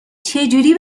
چجوری